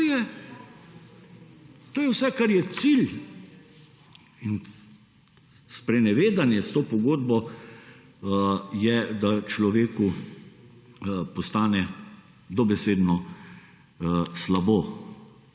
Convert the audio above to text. To je vse kar je cilj in sprenevedanje s to pogodbo je, da človeku postane dobesedno slabo.